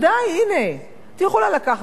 את יכולה לקחת את הספר הזה והזה,